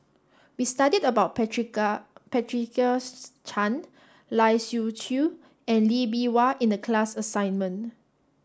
we studied about Patricia Patricia Chan Lai Siu Chiu and Lee Bee Wah in the class assignment